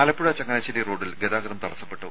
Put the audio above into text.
ആലപ്പുഴ ചങ്ങനാശ്ശേരി റോഡിൽ ഗതാഗതം തടസ്സപ്പെട്ടു